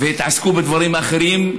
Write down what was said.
והתעסקו בדברים אחרים.